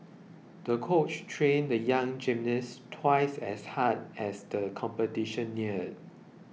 the coach trained the young gymnast twice as hard as the competition neared